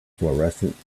florescent